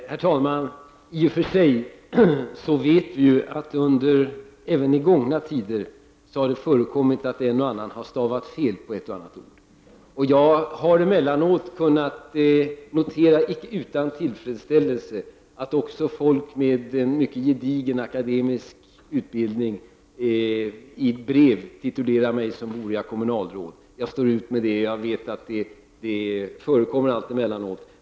Herr talman! I och för sig vet vi att det även i gångna tider förekom att en och annan stavade fel på ett och annat ord. Jag har emellanåt icke utan tillfredsställelse kunnat notera att också folk med mycket gedigen akademisk utbildning i brev titulerar mig som vore jag kommunalråd. Jag står ut med det, eftersom jag vet att sådant förekommer alltemellanåt.